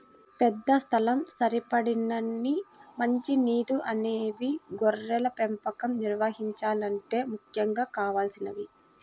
పెద్ద స్థలం, సరిపడినన్ని మంచి నీరు అనేవి గొర్రెల పెంపకం నిర్వహించాలంటే ముఖ్యంగా కావలసినవి